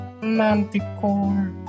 Manticore